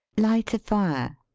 light a fire.